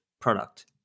product